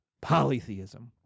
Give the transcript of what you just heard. Polytheism